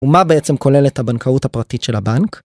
ומה בעצם כוללת הבנקאות הפרטית של הבנק?